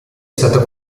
stata